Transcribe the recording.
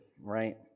right